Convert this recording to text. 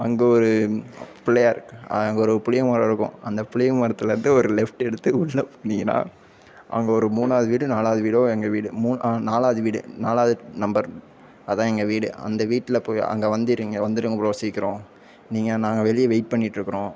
அங்கே ஒரு பிள்ளையார் அங்கே ஒரு புளியமரம் இருக்கும் அந்த புளியமரத்துலேருந்து ஒரு லெஃப்ட்டெடுத்து உள்ளேப்போனீங்கன்னா அங்கே ஒரு மூணாவது வீடு நாலாவது வீடோ எங்கள் வீடு மூண் நாலாவது வீடு நாலாவது நம்பர் அதான் எங்கள் வீடு அந்த வீட்டில் போய் அங்கே வந்துடுறீங்க வந்துருங்க ப்ரோ சீக்கிரம் நீங்கள் நாங்கள் வெளியே வெயிட் பண்ணியிட்டு இருக்கிறோம்